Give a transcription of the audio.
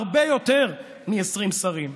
הרבה יותר מ-20 שרים.